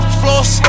floss